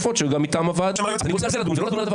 גם מטעם הוועדה --- גם דברים שאמר היועץ המשפטי